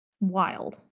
wild